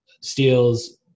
steals